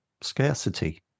scarcity